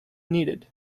needed